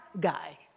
guy